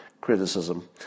criticism